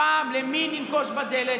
הפעם למי ננקוש בדלת?